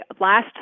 last